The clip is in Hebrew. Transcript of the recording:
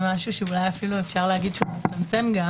משהו שאולי אפשר להגיד שהוא גם מצמצם.